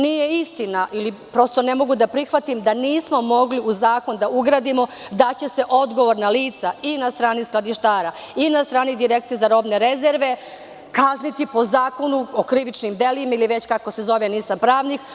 Nije istina, ili, prosto, ne mogu da prihvatim da nismo mogli u zakon da ugradimo da će se odgovorna lica i na strani skladištara i na strani Direkcije za robne rezerve kazniti po zakonu o krivičnim delima, ili kako se već zove, nisam pravnik.